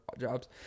jobs